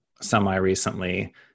Semi-recently